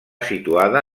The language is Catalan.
situada